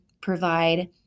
provide